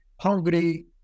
Hungary